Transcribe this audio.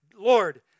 Lord